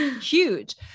huge